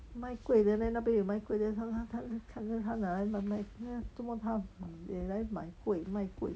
卖 kueh then 那边有卖 kueh then 他他拿来卖 uh 这么他也来买 kueh 卖 kueh